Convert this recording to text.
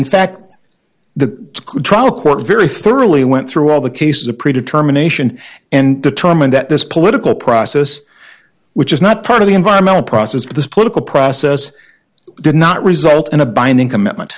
in fact that could trial court very thoroughly went through all the cases a pre determination and determined that this political process which is not part of the environmental process of this political process did not result in a binding commitment